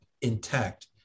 intact